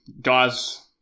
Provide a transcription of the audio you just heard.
guys